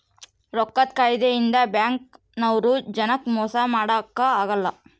ರೊಕ್ಕದ್ ಕಾಯಿದೆ ಇಂದ ಬ್ಯಾಂಕ್ ನವ್ರು ಜನಕ್ ಮೊಸ ಮಾಡಕ ಅಗಲ್ಲ